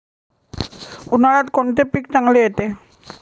उन्हाळ्यात कोणते पीक चांगले येते?